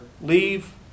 Leave